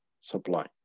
supply